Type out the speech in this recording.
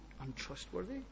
untrustworthy